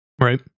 Right